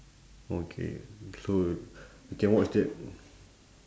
okay so you can watch that